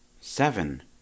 Seven